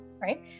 Right